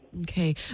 Okay